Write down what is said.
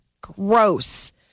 Gross